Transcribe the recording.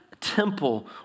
temple